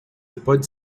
pode